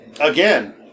again